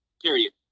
Period